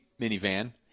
minivan